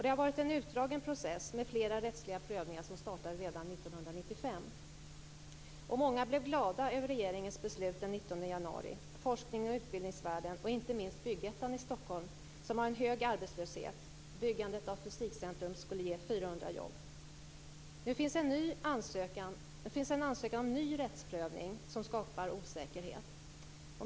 Det har varit en utdragen process med flera rättsliga prövningar som startade redan 1995. Många blev glada över regeringens beslut den 19 januari. Det gäller forksnings och utbildningsvärlden och inte minst Byggettan i Stockholm, som har en hög arbetslöshet. Byggandet av Fysikcentrum skulle ge 400 Nu finns en ansökan om ny rättsprövning som skapar osäkerhet.